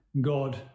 God